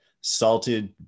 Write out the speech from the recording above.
salted